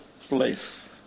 place